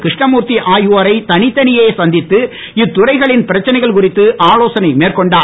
கிருஷ்ணமூர்த்தி ஆகியோரை தனித்தனியே சந்தித்து இத்துறைகளின் பிரச்சனைகள் குறித்து ஆலோசனை மேற்கொண்டார்